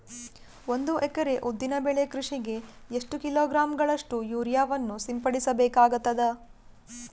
ಒಂದು ಎಕರೆ ಉದ್ದಿನ ಬೆಳೆ ಕೃಷಿಗೆ ಎಷ್ಟು ಕಿಲೋಗ್ರಾಂ ಗಳಷ್ಟು ಯೂರಿಯಾವನ್ನು ಸಿಂಪಡಸ ಬೇಕಾಗತದಾ?